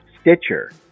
Stitcher